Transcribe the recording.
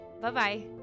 Bye-bye